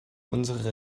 unsere